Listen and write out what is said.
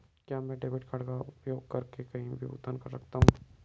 क्या मैं debit card का उपयोग करके कहीं भी भुगतान कर सकता हूं?